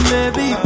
Baby